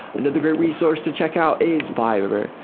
another great resource to check out is fiverr.